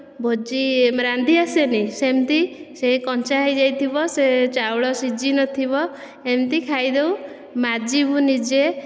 ଭୋଜି ରାନ୍ଧି ଆସେନି ସେମିତି ସେ କଞ୍ଚା ହୋଇଯାଇଥିବ ସେ ଚାଉଳ ସିଝି ନ ଥିବ ଏମିତି ଖାଇଦେଉ ମାଜିବୁ ନିଜେ